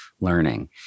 Learning